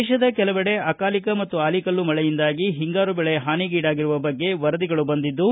ದೇಶದ ಕೆಲವೆಡೆ ಅಕಾಲಿಕ ಮತ್ತು ಆಲಿಕಲ್ಲು ಮಳೆಯಿಂದಾಗಿ ಹಿಂಗಾರು ಬೆಳೆ ಹಾನಿಗಿಡಾಗಿರುವ ಬಗ್ಗೆ ವರದಿಗಳು ಬಂದಿದ್ದು